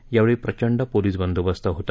यावेळी प्रचंड पोलिस बंदोबस्त होता